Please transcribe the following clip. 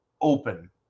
open